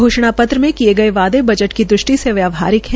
घोषणा पत्र में किए गये वायदे बजट की दृष्टि से व्यवाहरिक है